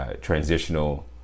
Transitional